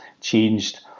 changed